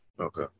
Okay